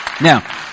Now